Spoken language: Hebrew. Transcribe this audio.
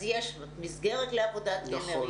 אז יש מסגרת לעבודת גמר,